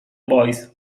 voice